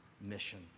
mission